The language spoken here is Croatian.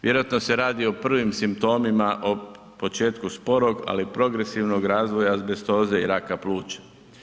Vjerojatno se radi o prvim simptomima, o početku sporog, ali progresivnog razvoja azbestoze i raka pluća.